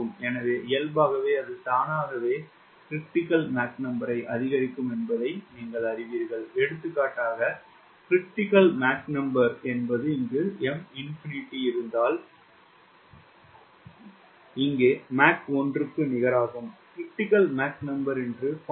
எனவே இயல்பாகவே அது தானாகவே 𝑀CR ஐ அதிகரிக்கும் என்பதை நீங்கள் அறிவீர்கள் எடுத்துக்காட்டாக 𝑀CR என்பது இங்கு M இருந்தால் இங்கே மாக் ஒன்று நிகராகும் 𝑀CR என்று 0